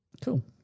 Cool